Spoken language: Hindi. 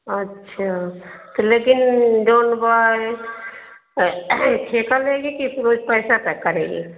अच्छा तो लेकिन जौन बाय ठेका लेगी कि पैसा पर करेगी